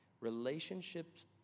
Relationships